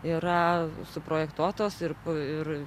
yra suprojektuotos ir ir